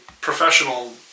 professional